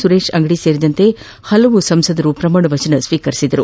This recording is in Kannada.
ಸುರೇಶ್ ಅಂಗಡಿ ಸೇರಿದಂತೆ ಹಲವು ಸದಸ್ಯರಾಗಿ ಪ್ರಮಾಣ ವಚನ ಸ್ಸೀಕರಿಸಿದರು